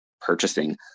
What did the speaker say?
purchasing